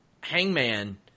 Hangman